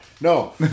No